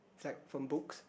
it's like from books